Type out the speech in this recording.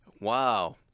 wow